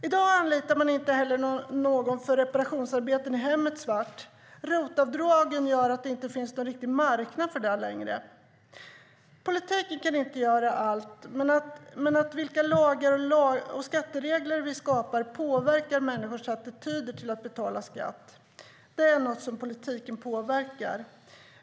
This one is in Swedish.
I dag anlitar man inte heller någon för reparationsarbeten i hemmet svart - ROT-avdraget gör att det inte finns någon riktig marknad för det längre. Politiken kan inte göra allt, men vilka lagar och skatteregler vi skapar påverkar människors attityder till att betala skatt. Det är något som politiken påverkar.